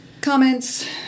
comments